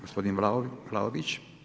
Gospodin Vlaović.